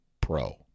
pro